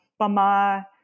Bama